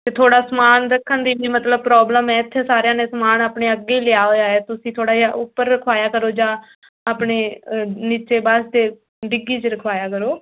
ਅਤੇ ਥੋੜ੍ਹਾ ਸਮਾਨ ਰੱਖਣ ਦੀ ਵੀ ਮਤਲਬ ਪ੍ਰੋਬਲਮ ਹੈ ਇੱਥੇ ਸਾਰਿਆਂ ਨੇ ਸਮਾਨ ਆਪਣੇ ਅੱਗੇ ਹੀ ਲਿਆ ਹੈ ਹੋਇਆ ਤੁਸੀਂ ਥੋੜ੍ਹਾ ਜਿਹਾ ਉੱਪਰ ਰਖਵਾਇਆ ਕਰੋ ਜਾਂ ਆਪਣੇ ਨੀਚੇ ਬਸ ਦੇ ਡਿੱਗੀ 'ਚ ਰਖਵਾਇਆ ਕਰੋ